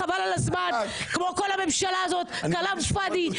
חבל על הזמן, כמו כל הממשלה הזאת, כַּלַאם פַאדִי.